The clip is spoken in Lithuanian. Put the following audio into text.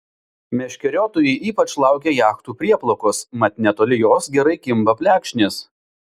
meškeriotojai ypač laukia jachtų prieplaukos mat netoli jos gerai kimba plekšnės